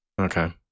Okay